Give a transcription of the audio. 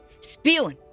spewing